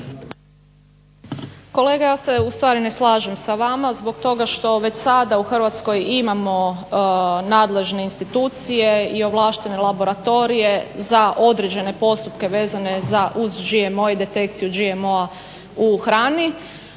kolega ja se ustvari ne slažem sa vama zbog toga što već sada u Hrvatskoj imamo nadležne institucije i ovlaštene laboratorije za određene postupke vezane za GMO i detekciju GMO-a u hrani.